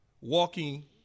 walking